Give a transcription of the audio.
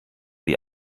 die